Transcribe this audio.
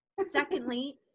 secondly